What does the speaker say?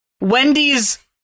Wendy's